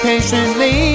Patiently